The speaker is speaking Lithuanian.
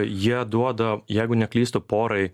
jie duoda jeigu neklystu porai